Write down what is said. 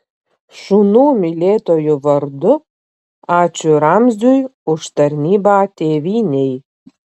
šunų mylėtojų vardu ačiū ramziui už tarnybą tėvynei